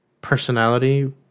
personality